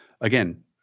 again